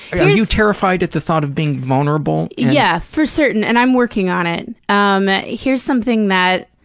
are you terrified at the thought of being vulnerable? yeah, for certain, and i'm working on it. um here's something that.